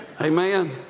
Amen